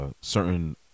certain